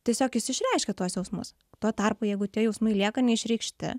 tiesiog jis išreiškia tuos jausmus tuo tarpu jeigu tie jausmai lieka neišreikšti